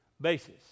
basis